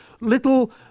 little